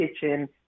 kitchen